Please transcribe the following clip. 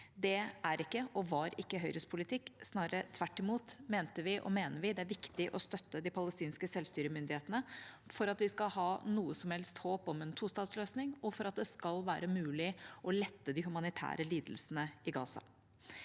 Det er ikke, og var ikke, Høyres politikk. Snarere tvert imot mente og mener vi at det er viktig å støtte de palestinske selvstyremyndighetene for at vi skal ha noe som helst håp om en tostatsløsning, og for at det skal være mulig å lette de humanitære lidelsene i Gaza.